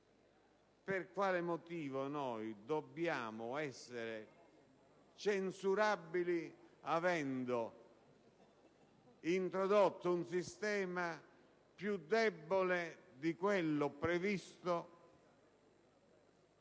per quale motivo dovremmo essere censurabili avendo introdotto un sistema più debole di quello previsto